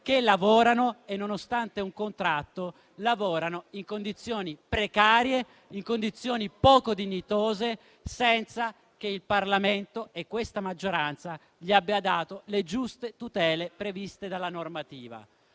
che lavorano e che, nonostante un contratto, lo hanno in condizioni precarie, in condizioni poco dignitose, senza che il Parlamento e questa maggioranza abbiano dato loro le giuste tutele previste dalla normativa.